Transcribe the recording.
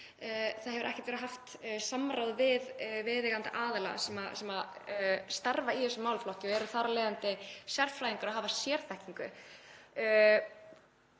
það hafi ekki verið haft samráð við viðeigandi aðila sem starfa í þessum málaflokki og eru þar af leiðandi sérfræðingar og hafa sérþekkingu.